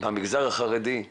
למגזר החרדי,